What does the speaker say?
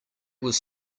was